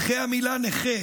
אחרי המילה "נכה"